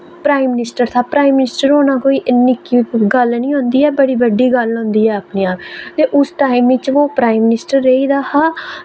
prime minister हा prime minister होना कोई निक्की गल्ल नेईं होंदी ऐ बड़ी बड्डी गल्ल होंदी ऐ अपनियां ते उस टाइम इच ओह् प्राइम मिनिस्टर रेही दा हा